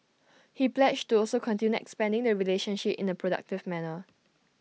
he pledged to also continue expanding the relationship in A productive manner